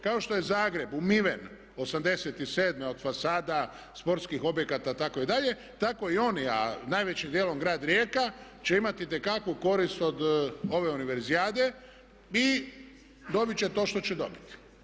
Kao što je Zagreb umiven '87. od fasada, sportskih objekata itd. tako i oni a najvećim dijelom grad Rijeka će imati itekakvu korist od ove univerzijade i dobiti će to što će dobiti.